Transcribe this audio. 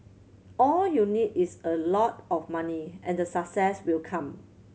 all you need is a lot of money and the success will come